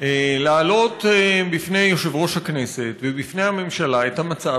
להעלות בפני יושב-ראש הכנסת ובפני הממשלה את המצב,